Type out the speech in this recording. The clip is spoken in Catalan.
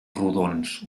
rodons